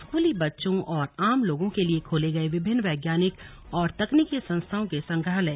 स्कूली बच्चों ओर आमलोगों के लिए खोले गए विभिन्न वैज्ञानिक और तकनीकी संस्थानों के संग्राहलय